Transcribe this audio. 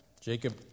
Jacob